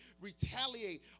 retaliate